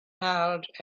held